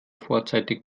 vorzeitig